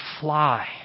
fly